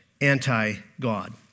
anti-God